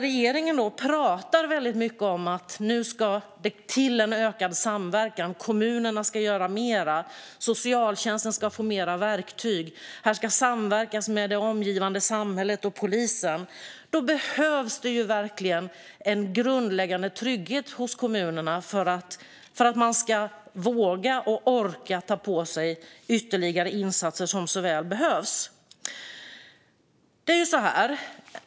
Regeringen pratar väldigt mycket om att det nu ska till ökad samverkan. Kommunerna ska göra mer. Socialtjänsten ska få fler verktyg. Det ska samverkas med det omgivande samhället och polisen. Då behövs det verkligen en grundläggande trygghet hos kommunerna för att de ska våga och orka ta på sig ytterligare insatser som så väl behövs.